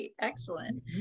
Excellent